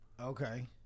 Okay